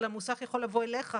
אלא המוסך יכול להגיע אליך,